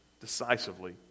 decisively